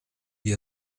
wie